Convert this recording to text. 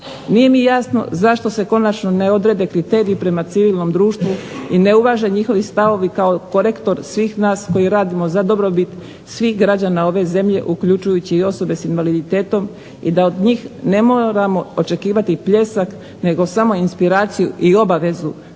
Nije mi jasno zašto se konačno ne odrede kriteriji prema civilnom društvu i ne uvaže njihovi stavovi kao korektor svih nas koji radimo za dobrobit svih građana ove zemlje, uključujući i osobe s invaliditetom i da od njih ne moramo očekivati pljesak nego samo inspiraciju i obavezu